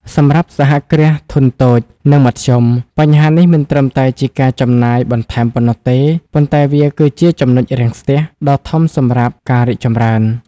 សម្រាប់សហគ្រាសធុនតូច និងមធ្យម បញ្ហានេះមិនត្រឹមតែជាការចំណាយបន្ថែមប៉ុណ្ណោះទេ ប៉ុន្តែវាគឺជា "ចំណុចរាំងស្ទះ" ដ៏ធំដល់ការរីកចម្រើន។